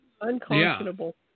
Uncomfortable